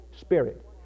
spirit